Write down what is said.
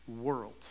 world